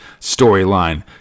storyline